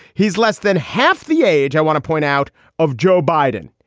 he's less than half the age. i want to point out of joe biden,